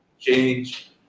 change